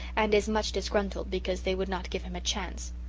and is much disgruntled because they would not give him a chance.